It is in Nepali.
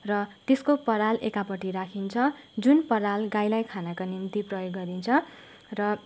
र त्यसको पराल एकापट्टि राखिन्छ जुन पराल गाईलाई खानाका निम्ति प्रयोग गरिन्छ र